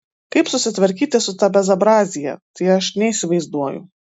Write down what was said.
kaip susitvarkyti su ta bezobrazija tai aš neįsivaizduoju